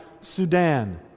Sudan